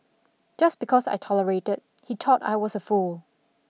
just because I tolerated he thought I was a fool